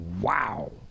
Wow